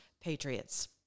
patriots